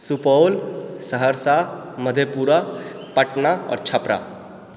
सुपौल सहरसा मधेपुरा पटना आओर छपरा